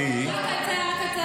הוא יכול היה לבקש כל משרד.